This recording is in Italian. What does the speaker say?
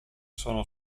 sono